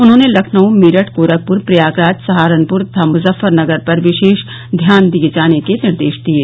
उन्होने लखनऊ मेरठ गोरखपुर प्रयागराज सहारनपुर तथा मुजफ्फरनगर पर विशेष ध्यान दिये जाने के निर्देश दिये